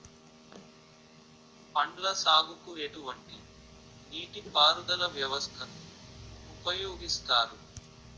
పండ్ల సాగుకు ఎటువంటి నీటి పారుదల వ్యవస్థను ఉపయోగిస్తారు?